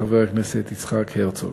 לחבר הכנסת יצחק הרצוג.